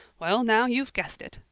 well now, you've guessed it!